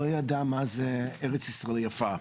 לא ידע מה היא ארץ ישראל היפה.